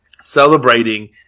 celebrating